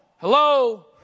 Hello